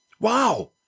Wow